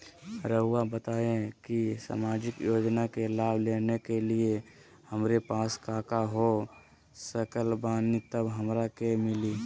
रहुआ बताएं कि सामाजिक योजना के लाभ लेने के लिए हमारे पास काका हो सकल बानी तब हमरा के मिली?